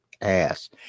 ass